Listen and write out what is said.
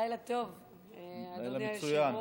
לילה טוב, אדוני היושב-ראש.